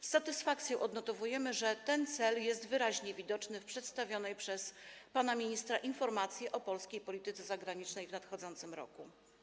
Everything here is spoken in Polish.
Z satysfakcją odnotowujemy, że ten cel jest wyraźnie widoczny w przedstawionej przez pana ministra informacji o polskiej polityce zagranicznej w tym roku.